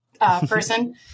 person